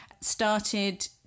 started